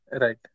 right